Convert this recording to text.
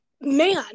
man